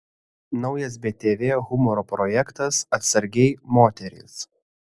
naujas btv humoro projektas atsargiai moterys